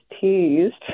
teased